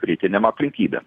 rytiniam aplinkybė